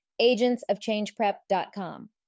agentsofchangeprep.com